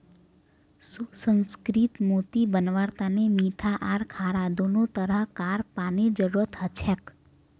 सुसंस्कृत मोती बनव्वार तने मीठा आर खारा दोनों तरह कार पानीर जरुरत हछेक